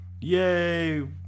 Yay